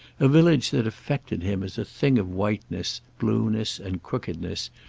a village that affected him as a thing of whiteness, blueness and crookedness,